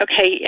okay